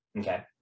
Okay